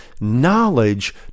Knowledge